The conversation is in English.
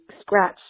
scratch